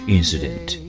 incident